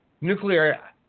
nuclear